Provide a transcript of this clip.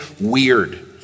weird